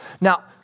Now